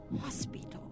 Hospital